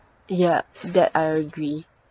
yup that I agree